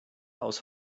aus